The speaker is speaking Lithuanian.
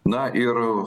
na ir